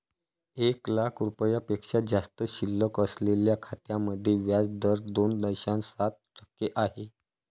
एक लाख रुपयांपेक्षा जास्त शिल्लक असलेल्या खात्यांमध्ये व्याज दर दोन दशांश सात टक्के आहे